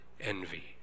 envy